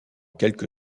quelque